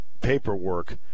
paperwork